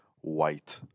white